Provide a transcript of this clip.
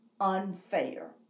unfair